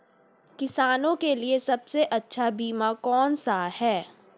किसानों के लिए सबसे अच्छा बीमा कौन सा है?